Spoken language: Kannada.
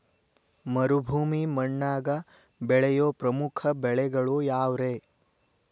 ಮರುಭೂಮಿ ಮಣ್ಣಾಗ ಬೆಳೆಯೋ ಪ್ರಮುಖ ಬೆಳೆಗಳು ಯಾವ್ರೇ?